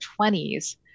20s